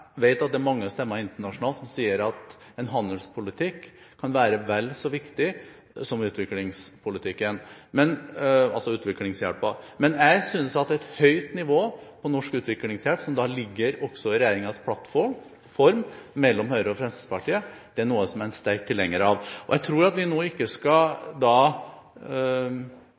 at det er mange stemmer internasjonalt som sier at handelspolitikk kan være vel så viktig som utviklingshjelp. Men et høyt nivå på norsk utviklingshjelp, som også ligger i regjeringens plattform, mellom Høyre og Fremskrittspartiet, er noe som jeg er en sterk tilhenger av. Jeg tror ikke at vi nå skal